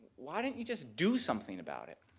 why didn't you just do something about it?